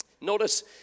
notice